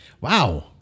Wow